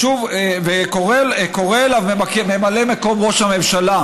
וקורא לו ממלא מקום ראש הממשלה,